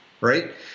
right